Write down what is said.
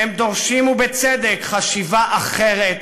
והם דורשים, ובצדק, חשיבה אחרת